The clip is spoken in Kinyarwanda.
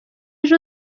ejo